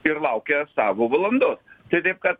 ir laukia savo valandos tai taip kad